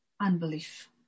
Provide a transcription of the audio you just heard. unbelief